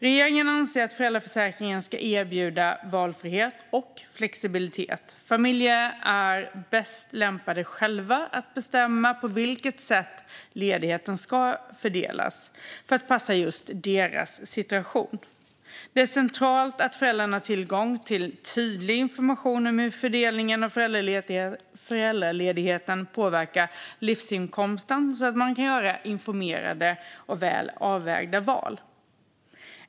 Regeringen anser att föräldraförsäkringen ska erbjuda valfrihet och flexibilitet. Familjer är själva bäst lämpade att bestämma på vilket sätt ledigheten ska fördelas för att passa just deras situation. Det är centralt att föräldrarna har tillgång till tydlig information om hur fördelningen av föräldraledigheten påverkar livsinkomsten så att de kan göra informerade och väl avvägda val.